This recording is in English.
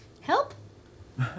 Help